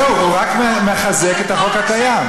זהו, הוא רק מחזק את החוק הקיים.